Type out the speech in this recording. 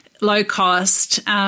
low-cost